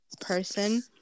person